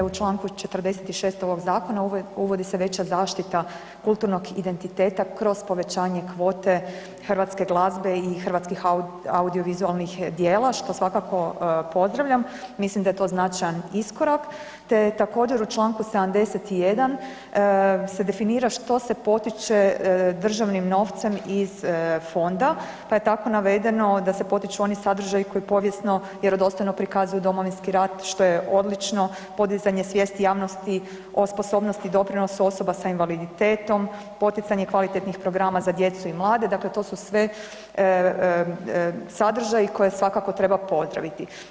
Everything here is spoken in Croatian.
U čl. 46.ovog zakona uvodi se veća zaštita kulturnog identiteta kroz povećanje kvote hrvatske glazbe i hrvatskih audiovizualnih djela što svakako pozdravljam, mislim da je to značajan iskorak te je također u čl. 71.se definira što se potiče državnim novcem iz fonda pa je tako navedeno da se potiču oni sadržaji koji povijesno i vjerodostojno prikazuju Domovinski rat što je odlično, podizanje svijesti javnosti o sposobnosti i doprinosu osoba s invaliditetom, poticanje kvalitetnih programa za djecu i mlade, dakle to su sve sadržaji koje svakako treba pozdraviti.